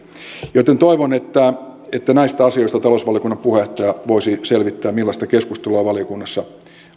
joten toivon että että talousvaliokunnan puheenjohtaja voisi selvittää millaista keskustelua valiokunnassa